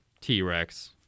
T-Rex